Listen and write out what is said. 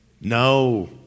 No